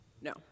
No